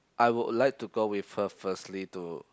I would like to go with her firstly to